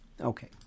Okay